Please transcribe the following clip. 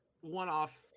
one-off